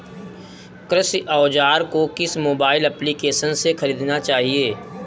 कृषि औज़ार को किस मोबाइल एप्पलीकेशन से ख़रीदना चाहिए?